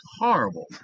horrible